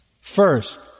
first